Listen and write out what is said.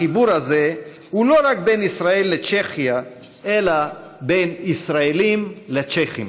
החיבור הזה הוא לא רק בין ישראל לצ'כיה אלא בין ישראלים לצ'כים.